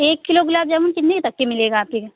ایک کلو گُلاب جامن کتنے تک کے ملے گا آپ کے